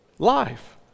life